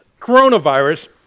coronavirus